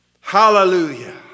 Hallelujah